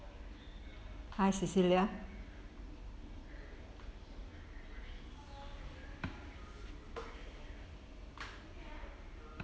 hi cecelia